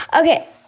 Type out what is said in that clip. Okay